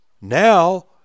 now